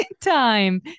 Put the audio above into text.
time